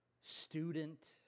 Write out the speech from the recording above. student